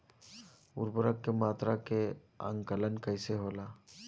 उर्वरक के मात्रा के आंकलन कईसे होला?